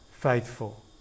faithful